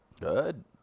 Good